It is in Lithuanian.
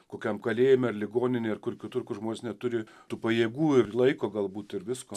kokiam kalėjime ar ligoninėjar kur kitur kur žmonės neturi tų pajėgų ir laiko galbūt ir visko